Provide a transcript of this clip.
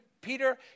Peter